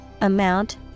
amount